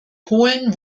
polen